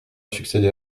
succéder